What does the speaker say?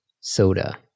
soda